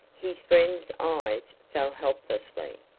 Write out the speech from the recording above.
his friend's eyes fell helplessly.